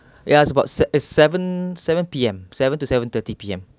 ya is about se~ uh seven seven P_M seven to seven-thirty P_M